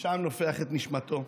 ושם נופח את נשמתו.